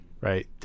right